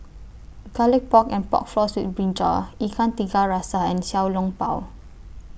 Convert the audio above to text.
Garlic Pork and Pork Floss with Brinjal Ikan Tiga Rasa and Xiao Long Bao